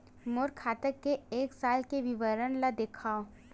मोर खाता के एक साल के विवरण ल दिखाव?